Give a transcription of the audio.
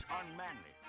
unmanly